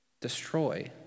destroy